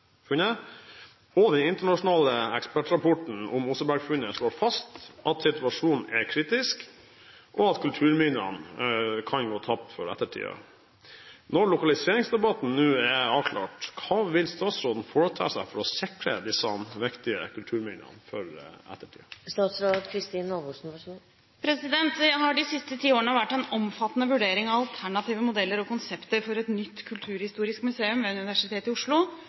den internasjonale ekspertrapporten om Osebergfunnet slår fast at situasjonen er kritisk og at kulturminnene kan gå tapt for ettertiden. Når lokaliseringsdebatten nå er avklart, hva vil statsråden foreta seg for å sikre disse viktige kulturminnene for ettertiden?» Det har i de siste ti årene vært en omfattende vurdering av alternative modeller og konsepter for et nytt kulturhistorisk museum ved Universitetet i Oslo,